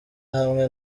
hamwe